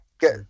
get